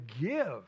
give